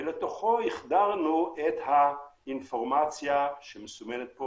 ולתוכו החדרנו את האינפורמציה שמסומנת פה